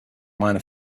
minor